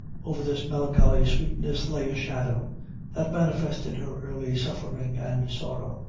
over this melancholy sweetness lay a shadow that manifested her early suffering and sorrow,